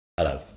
Hello